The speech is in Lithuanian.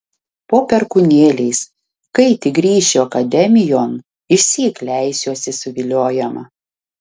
po perkūnėliais kai tik grįšiu akademijon išsyk leisiuosi suviliojama